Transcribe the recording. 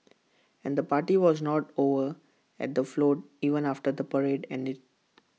and the party was not over at the float even after the parade ended